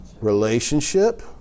Relationship